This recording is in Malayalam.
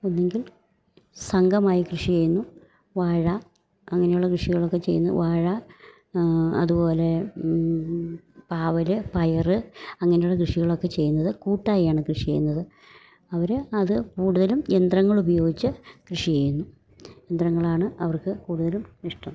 ഒന്നെങ്കിൽ സംഘമായി കൃഷി ചെയ്യുന്നു വാഴ അങ്ങനെയുള്ള കൃഷികളൊക്കെ ചെയ്യുന്നു വാഴ അതുപോലെ പാവല് പയറ് അങ്ങനെയുള്ള കൃഷികളൊക്കെ ചെയ്യുന്നത് കൂട്ടായാണ് കൃഷി ചെയ്യുന്നത് അവര് അത് കൂടുതലും യന്ത്രങ്ങളുപയോഗിച്ച് കൃഷി ചെയ്യുന്നു യന്ത്രങ്ങളാണ് അവർക്ക് കൂടുതലും ഇഷ്ടം